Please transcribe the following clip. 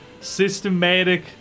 systematic